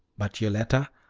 but, yoletta,